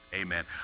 amen